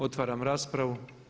Otvaram raspravu.